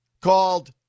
called